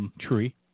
tree